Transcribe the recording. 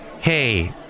hey